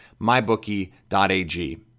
MyBookie.ag